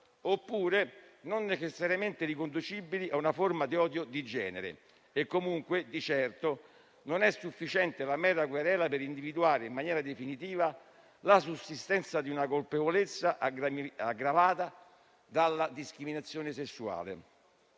oppure non necessariamente riconducibili a una forma di odio di genere; comunque, di certo non è sufficiente la mera querela per individuare in maniera definitiva la sussistenza di una colpevolezza aggravata dalla discriminazione. Dunque